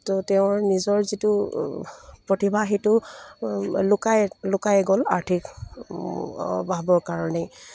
ত' তেওঁৰ নিজৰ যিটো প্ৰতিভা সেইটো লুকাই লুকাই গ'ল আৰ্থিক অভাৱৰ কাৰণেই